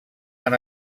han